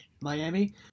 Miami